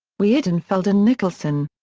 weidenfeld and nicolson.